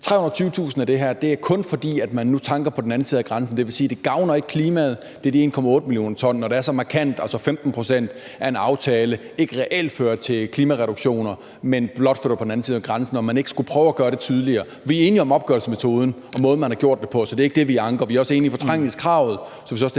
320.000 t af det her er, at man nu tanker på den anden side af grænsen? Det vil sige, at det ikke gavner klimaet; det er de 1,8 mio. t, der gør det. Så når det er så markant en forskel , altså 15 pct. af en aftale, som ikke reelt fører til klimareduktioner, men blot flytter det over på den anden side af grænsen, skulle man så ikke prøve at gøre det tydeligere? Vi er enige om opgørelsesmetoden og måden, man har gjort det på. Så det er ikke det, vi anker. Vi er også enige om fortrængningskravet og synes også, det